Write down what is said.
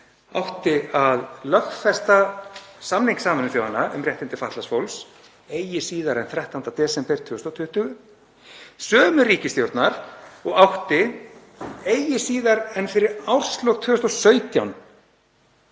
átti að lögfesta samning Sameinuðu þjóðanna um réttindi fatlaðs fólks eigi síðar en 13. desember 2020; sömu ríkisstjórnar og átti, eigi síðar en fyrir árslok 2017,